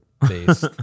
based